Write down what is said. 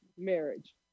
marriage